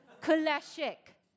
classic